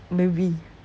maybe